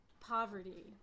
poverty